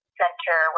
center